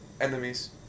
enemies